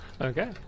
Okay